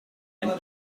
and